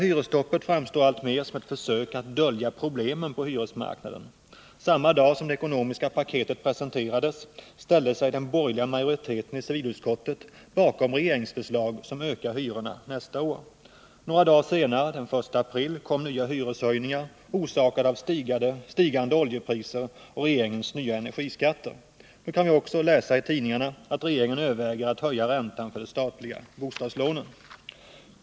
hyresstoppet framstår alltmer som ett försök att dölja problemen på hyresmarknaden. Samma dag som det ekonomiska paketet presenterades ställde sig den borgerliga majoriteten i civilutskottet bakom regeringsförslag som ökar hyrorna nästa år. Några dagar senare — den 1 april — kom nya hyreshöjningar, orsakade av stigande oljepriser och regeringens nya energiskatter. Nu kan vi också läsa i tidningarna att regeringen överväger att höja räntan för de statliga bostadslånen.